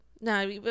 no